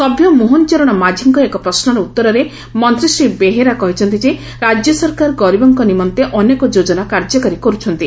ସଭ୍ୟ ମୋହନ ଚରଣ ମାଝୀଙ୍କ ଏକ ପ୍ରଶ୍ମର ଉତରରେ ମନ୍ତୀ ଶ୍ରୀ ବେହେରା କହିଛନ୍ତି ଯେ ରାଜ୍ୟ ସରକାର ଗରୀବଙ୍କ ନିମନ୍ତେ ଅନେକ ଯୋଜନା କାର୍ଯ୍ୟକାରୀ କର୍ବଛନ୍ତି